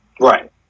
Right